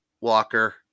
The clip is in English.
Walker